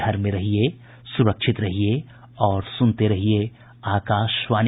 घर में रहिये सुरक्षित रहिये और सुनते रहिये आकाशवाणी